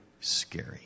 scary